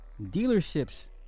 dealerships